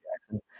Jackson